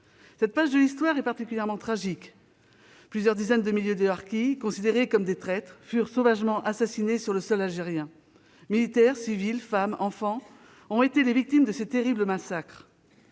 Cette page d'histoire est particulièrement tragique : plusieurs dizaines de milliers de harkis, considérés comme des traîtres, furent sauvagement assassinés sur le sol algérien. Militaires, civils, femmes, enfants ont été les victimes de ces terribles massacres.